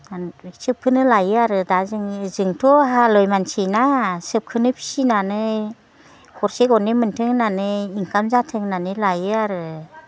आं सोबखोनो लायो आरो दा जोंथ' हालुवाय मानसिना सोबखोनो फिसिनानै गरसे गरनै मोन्थों होननानै इनकाम जाथो होननानै लायो आरो